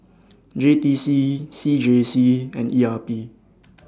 J T C C J C and E R P